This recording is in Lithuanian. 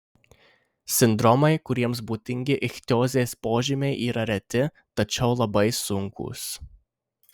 sindromai kuriems būdingi ichtiozės požymiai yra reti tačiau labai sunkūs